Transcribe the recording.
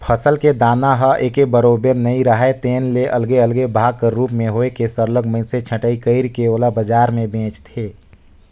फसल के दाना ह एके बरोबर नइ राहय तेन ले अलगे अलगे भाग कर रूप में होए के सरलग मइनसे छंटई कइर के ओला बजार में बेंचथें